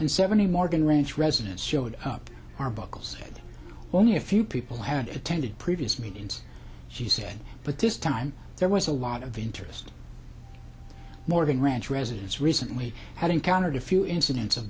and seventy morgan ranch residents showed up arbuckle said only a few people had attended previous meetings she said but this time there was a lot of interest more than ranch residents recently had encountered a few incidents of